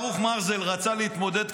ברוך מרזל רצה להתמודד,